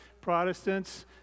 Protestants